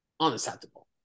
Unacceptable